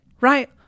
right